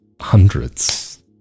hundreds